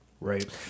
Right